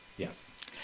Yes